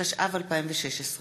התשע"ו 2016,